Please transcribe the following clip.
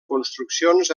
construccions